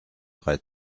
drei